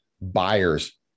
buyers